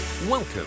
Welcome